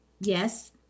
Yes